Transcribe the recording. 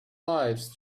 lives